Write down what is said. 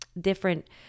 different